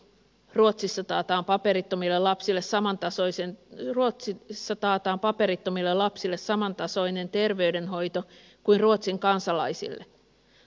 ruotsissa taataan paperittomille lapsille samantasoisia ja ruotsi missä taataan paperittomille samantasoinen terveydenhoito kuin ruotsin kansalaisille